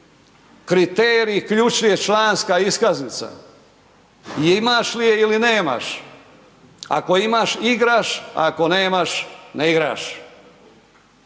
Kriteriji, ključni je članska iskaznica. Imaš li je ili nemaš. Ako imaš, igraš, ako nemaš, ne igraš.